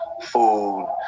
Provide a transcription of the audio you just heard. food